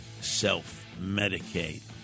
self-medicate